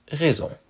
raison